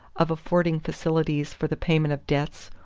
of affording facilities for the payment of debts,